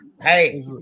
hey